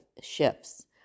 shifts